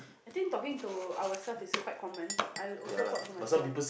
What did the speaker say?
I think talking to our self is quite common I also talk to myself